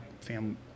family